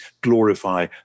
glorify